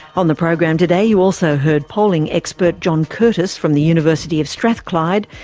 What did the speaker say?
on the program today you also heard polling expert john curtice from the university of strathclyde,